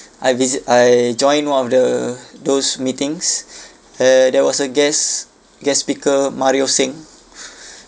I visit I joined one of the those meetings uh there was a guest guest speaker mario singh